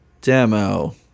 demo